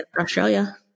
Australia